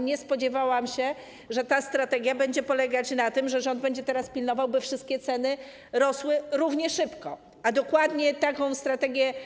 Nie spodziewałam się, że ta strategia będzie polegać na tym, że rząd będzie teraz pilnował, by wszystkie ceny rosły równie szybko, a dokładnie taką strategię